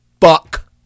Fuck